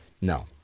No